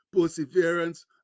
perseverance